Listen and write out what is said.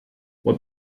what